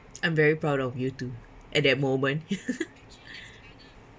I'm very proud of you too at that moment